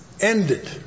ended